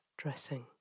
dressing